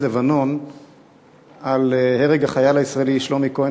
לבנון על הרג החייל הישראלי שלומי כהן,